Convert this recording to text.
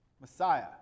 Messiah